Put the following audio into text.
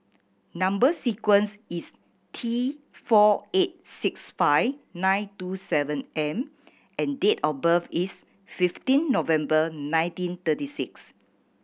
number sequence is T four eight six five nine two seven M and date of birth is fifteen November nineteen thirty six